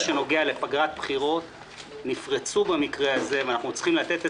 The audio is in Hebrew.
שנוגע לפגרת בחירות נפרצו במקרה הזה ואנחנו צריכים לתת את